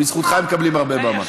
בזכותך הם מקבלים הרבה במה.